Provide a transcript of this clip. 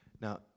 Now